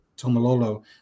Tomalolo